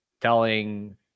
telling